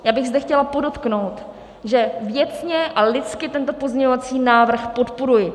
Já bych zde chtěla podotknout, že věcně a lidsky tento pozměňovací návrh podporuji.